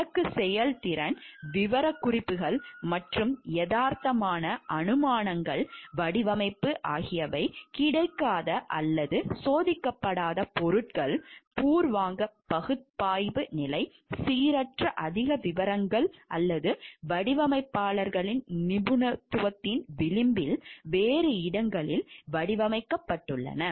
இலக்கு செயல்திறன் விவரக்குறிப்புகள் மற்றும் யதார்த்தமான அனுமானங்கள் வடிவமைப்பு ஆகியவை கிடைக்காத அல்லது சோதிக்கப்படாத பொருட்கள் பூர்வாங்க பகுப்பாய்வு நிலை சீரற்ற அதிக விவரங்கள் அல்லது வடிவமைப்பாளரின் நிபுணத்துவத்தின் விளிம்பில் வேறு இடங்களில் வடிவமைக்கப்பட்டுள்ளன